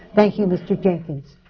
thank you, mr. jenkins.